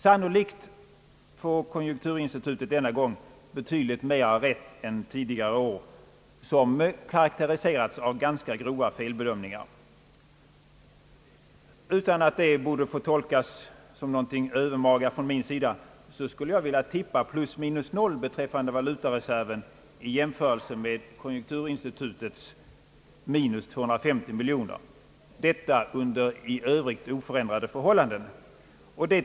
Sannolikt får konjunkturinstitutet denna gång betydligt mera rätt än tidigare år, som karakteriserats av ganska grova felbedömningar. Utan att det borde få tolkas som någonting övermaga från min sida skulle jag vilja tippa plus minus noll beträffande valutareserven i jämförelse med konjunkturinstitutets minus 250 miljoner kronor — detta under i övrigt oförändrade förhållanden.